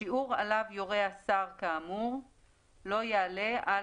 השיעור עליו יורה השר כאמור לא יעלה על